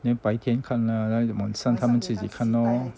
then 白天看啦然后晚上他们自己看咯